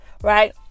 Right